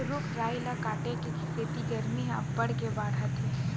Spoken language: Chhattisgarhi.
रूख राई ल काटे के सेती गरमी ह अब्बड़ के बाड़हत हे